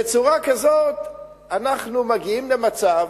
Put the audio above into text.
בצורה כזאת אנחנו מגיעים למצב